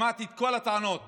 שמעתי את כל הטענות